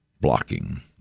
blocking